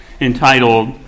entitled